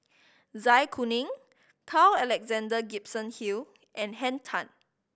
Zai Kuning Carl Alexander Gibson Hill and Henn Tan